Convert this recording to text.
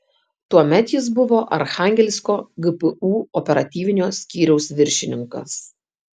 tuomet jis buvo archangelsko gpu operatyvinio skyriaus viršininkas